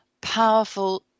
powerful